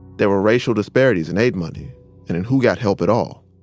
there were racial disparities in aid money and in who got help at all.